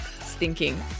stinking